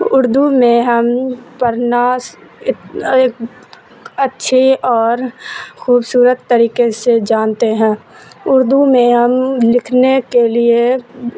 اردو میں ہم پڑھنا اچھی اور خوبصورت طریقے سے جانتے ہیں اردو میں ہم لکھنے کے لیے